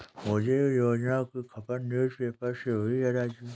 मुझे एक योजना की खबर न्यूज़ पेपर से हुई है राजू